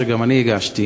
שגם אני הגשתי,